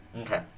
Okay